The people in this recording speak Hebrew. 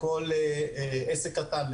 לכל עסק קטן,